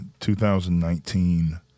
2019